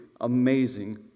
amazing